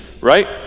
right